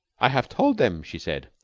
i have told them, she said,